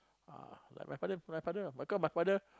ah like my father my father cause my father